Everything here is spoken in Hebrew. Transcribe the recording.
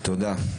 תודה.